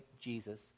Jesus